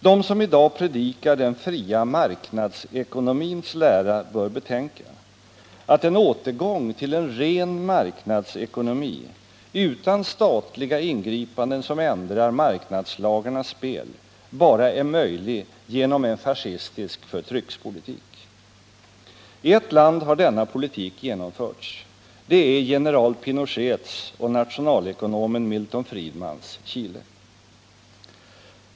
De som i dag predikar den fria marknadsekonomins lära bör betänka att en återgång till en ren marknadsekonomi utan statliga ingripanden som ändrar marknadslagarnas spel bara är möjlig genom en fascistisk förtryckspolitik. I ett land har denna politik genomförts. Det är i general Pinochets och nationalekonomen Milton Friedmans Chile.